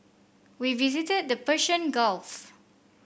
we visited the Persian Gulf